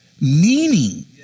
meaning